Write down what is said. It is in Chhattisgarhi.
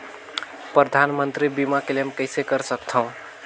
परधानमंतरी मंतरी बीमा क्लेम कइसे कर सकथव?